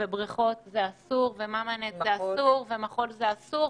והרשימה ארוכה.